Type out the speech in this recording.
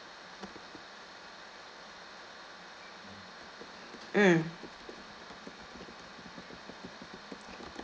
mm